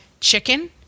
chicken